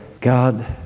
God